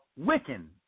Wiccan